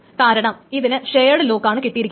കാരണം ഇതിന് ഷെയേട് ലോക്കാണ് കിട്ടിയിരിക്കുന്നത്